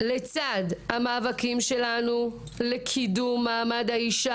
לצד המאבקים שלנו לקידום מעמד האישה